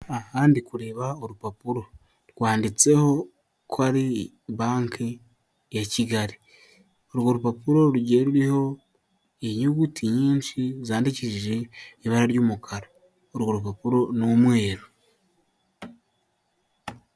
Aha ndi kureba urupapuro rwanditseho ko ari Banki ya Kigali, urwo rupapuro rugiye ruriho inyuguti nyinshi zandikishije ibara ry'umukara, urwo rupapuro ni umweru.